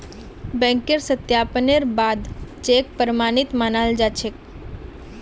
बैंकेर सत्यापनेर बा द चेक प्रमाणित मानाल जा छेक